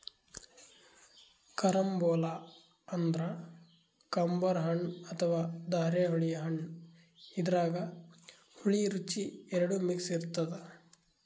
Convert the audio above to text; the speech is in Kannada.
ಕರಂಬೊಲ ಅಂದ್ರ ಕಂಬರ್ ಹಣ್ಣ್ ಅಥವಾ ಧಾರೆಹುಳಿ ಹಣ್ಣ್ ಇದ್ರಾಗ್ ಹುಳಿ ರುಚಿ ಎರಡು ಮಿಕ್ಸ್ ಇರ್ತದ್